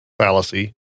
fallacy